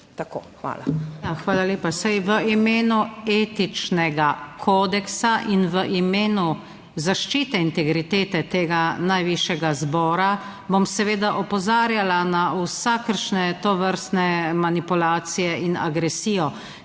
Hvala lepa. Saj v imenu etičnega kodeksa in v imenu zaščite integritete tega najvišjega zbora, bom seveda opozarjala na vsakršne tovrstne manipulacije in agresijo,